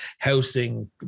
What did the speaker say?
housing